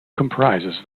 compromises